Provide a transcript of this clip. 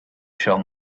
shall